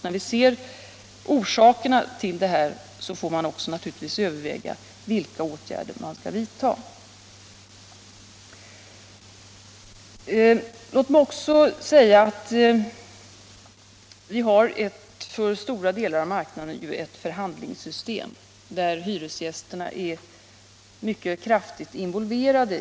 När vi sedan ser orsakerna får vi naturligtvis också överväga vilka åtgärder vi skall vidta. För stora delar av marknaden har vi ett förhandlingssystem, i vilket hyresgästerna är mycket kraftigt involverade.